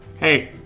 hey,